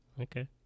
Okay